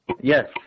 Yes